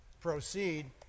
proceed